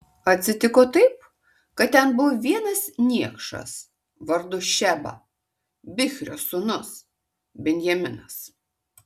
atsitiko taip kad ten buvo vienas niekšas vardu šeba bichrio sūnus benjaminas